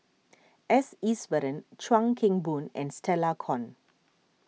S Iswaran Chuan Keng Boon and Stella Kon